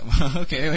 Okay